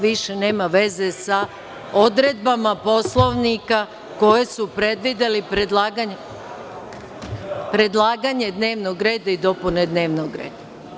Više nema veze sa odredbama Poslovnika koje su predvidele predlaganje dnevnog reda i dopune dnevnog reda.